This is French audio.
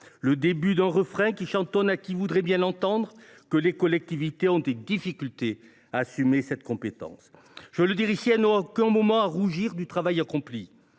le début d’un refrain qui chantonne à qui voudrait bien l’entendre que les collectivités ont des difficultés à assumer cette compétence. Je veux le dire ici : elles n’ont jamais à rougir du travail accompli.